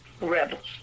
rebels